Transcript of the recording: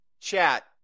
chat